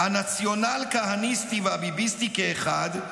הנציונל-כהניסטי והביביסטי כאחד,